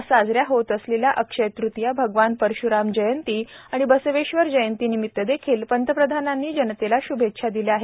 आज साजऱ्या होत असलेल्या अक्षय तृतीया भगवान परश्राम जयंती आणि बसवेश्वर जयंती निमित्त देखील पंतप्रधानांनी जनतेला श्भेच्छा दिल्या आहेत